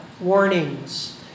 warnings